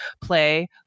play